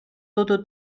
todo